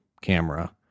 camera